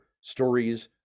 stories